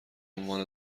عنوان